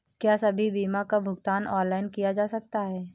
क्या सभी बीमा का भुगतान ऑनलाइन किया जा सकता है?